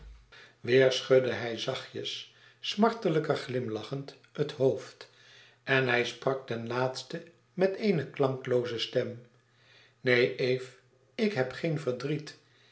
schudde hij zachtjes smartelijker glimlachend het hoofd en hij sprak ten laatste met eene klanklooze stem neen eve ik heb geen verdriet